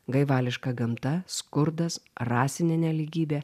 gaivališka gamta skurdas rasinė nelygybė